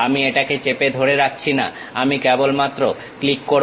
আমি এটাকে চেপে ধরে রাখছি না আমি কেবল মাত্র ক্লিক করব